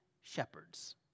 shepherds